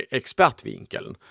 expertvinkeln